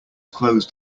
closed